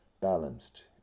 Balanced